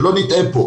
שלא נטעה פה,